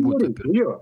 tenerifėj jo